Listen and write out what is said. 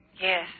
Yes